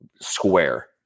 square